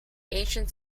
ancient